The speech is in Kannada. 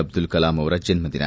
ಅಬ್ದುಲ್ ಕಲಾಂ ಅವರ ಜನ್ನದಿನ